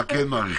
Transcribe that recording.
מה כן מאריכים?